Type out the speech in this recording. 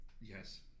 Yes